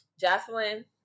Jocelyn